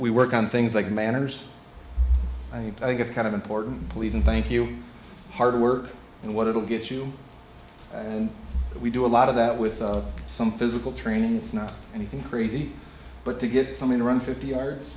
we work on things like manners and i think it's kind of important please and thank you hard work and what it'll get you and we do a lot of that with some physical training it's not anything crazy but to get something to run fifty yar